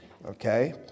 Okay